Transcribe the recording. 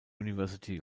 university